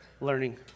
learning